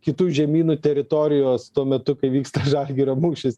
kitų žemynų teritorijos tuo metu kai vyksta žalgirio mūšis